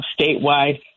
statewide